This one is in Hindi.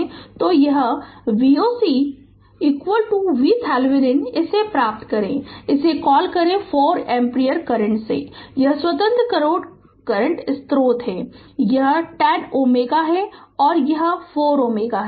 तो यह Voc VThevenin इसे प्राप्त करते है इसे कॉल करेगे 4 एम्पीयर करंट वह स्वतंत्र करंट सोर्स है और यह 10 Ω है और यह 4 Ω है